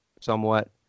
somewhat